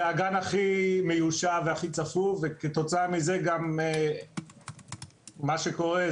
זה אגן הכי מיושב והכי צפוף וכתוצאה מזה גם מה שקורה,